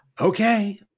Okay